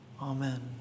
Amen